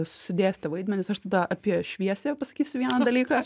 susidėstė vaidmenys aš tada apie šviesiąją pasakysiu vieną dalyką